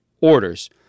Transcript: orders